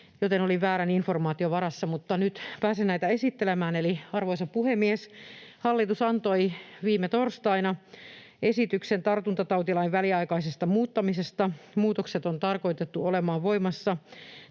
joten olin väärän informaation varassa, mutta nyt pääsen näitä esittelemään. Arvoisa puhemies! Hallitus antoi viime torstaina esityksen tartuntatautilain väliaikaisesta muuttamisesta. Muutokset on tarkoitettu olemaan voimassa